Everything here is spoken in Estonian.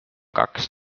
kaks